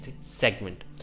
segment